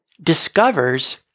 discovers